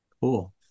Cool